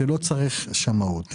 ולא צריך בהם שמאות.